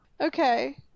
Okay